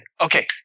Okay